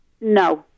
No